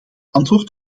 antwoord